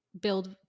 build